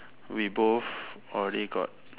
we both already got